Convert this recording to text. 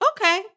okay